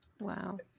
Wow